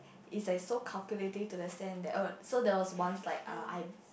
is like so calculative to the cent that oh so there was once like ah I